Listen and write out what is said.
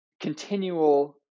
continual